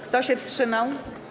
Kto się wstrzymał?